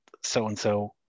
so-and-so